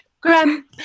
Graham